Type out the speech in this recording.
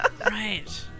Right